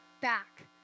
back